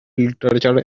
literature